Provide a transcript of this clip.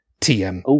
TM